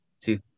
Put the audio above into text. See